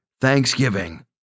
thanksgiving